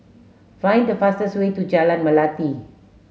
find the fastest way to Jalan Melati